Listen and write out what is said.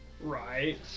right